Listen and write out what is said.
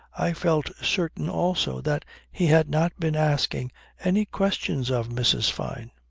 i felt certain also that he had not been asking any questions of mrs. fyne.